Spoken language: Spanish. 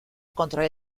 contra